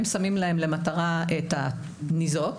הם שמים להם למטרה את הניזוק,